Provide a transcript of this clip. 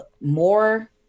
more